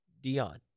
Dion